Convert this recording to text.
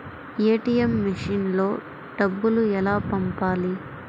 ATM మెషిన్లో డబ్బులు ఎలా పంపాలి?